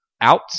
out